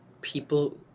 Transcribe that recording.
people